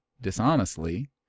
dishonestly